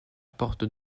porte